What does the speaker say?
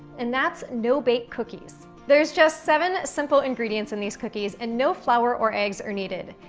and that's no-bake cookies. there's just seven simple ingredients in these cookies, and no flour or eggs are needed.